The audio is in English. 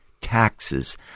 Taxes